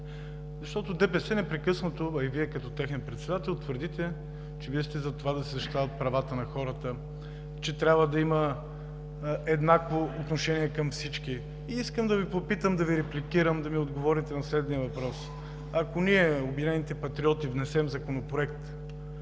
ДПС непрекъснато, а и Вие като негов председател, твърдите, че сте за това да се защитават правата на хората, че трябва да има еднакво отношение към всички. Искам да Ви попитам, да Ви репликирам, да ми отговорите на следния въпрос: ако ние, „Обединените патриоти“, внесем законопроект